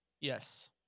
Yes